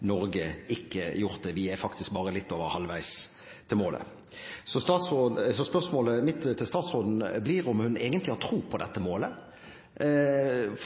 Norge ikke gjort det. Vi er faktisk bare litt over halvveis til målet. Så spørsmålet mitt til statsråden blir om hun egentlig har tro på dette målet,